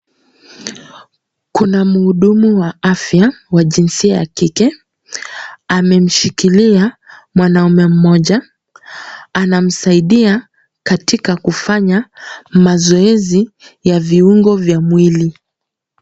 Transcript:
Kuna mhudumu wa afya, wa jinsia ya kike, amemshikilia mwanaume mmoja. Anamsaidia katika kufanya mazoezi ya viungo vya mwili.